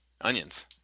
Onions